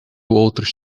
outros